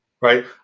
right